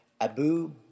Abu